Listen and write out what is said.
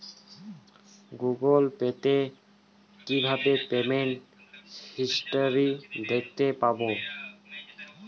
Google Pay তে কিভাবে payment history দেখতে পারবো?